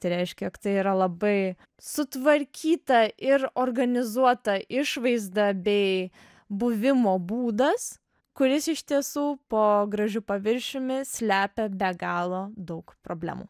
tai reiškia jog tai yra labai sutvarkyta ir organizuota išvaizda bei buvimo būdas kuris iš tiesų po gražiu paviršiumi slepia be galo daug problemų